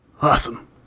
Awesome